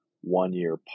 one-year